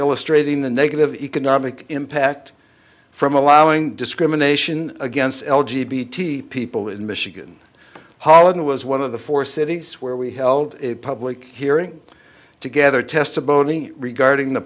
illustrating the negative economic impact from allowing discrimination against l g b t people in michigan holland was one of the four cities where we held a public hearing together testimony regarding the